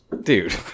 Dude